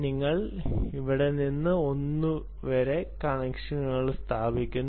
നിങ്ങൾ ഇവിടെ നിന്ന് ഒന്ന് വരെ കണക്ഷനുകൾ സ്ഥാപിക്കുന്നു